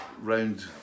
round